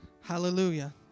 Hallelujah